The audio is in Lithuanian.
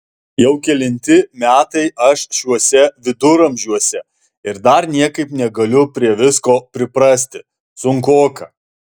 jau kelinti metai aš šiuose viduramžiuose ir dar niekaip negaliu prie visko priprasti sunkoka